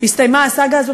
הסתיימה הסאגה הזאת,